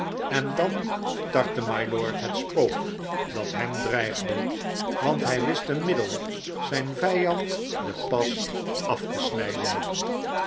en dan tartte mylord het spook dat hem dreigde want hij wist een middel zijn vijand den pas af te snijden